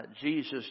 Jesus